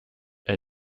and